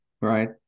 Right